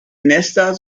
nester